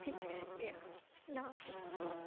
ٹھیک ہے شُکریہ اللہ حافظ